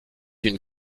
une